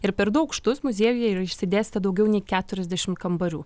ir per du aukštus muziejuje yra išsidėstę daugiau nei keturiasdešim kambarių